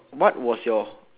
what was your